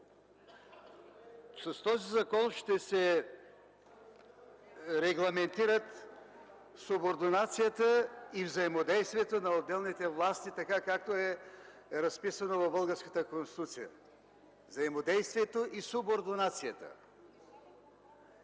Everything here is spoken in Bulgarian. с този закон ще се регламентират субординацията и взаимодействието на отделните власти, така както е разписано в българската Конституция. Взаимодействието и субординацията!